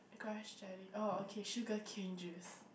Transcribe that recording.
grass jelly oh okay sugarcane juice